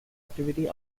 activity